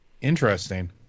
Interesting